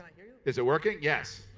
is it working? yes.